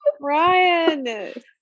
Ryan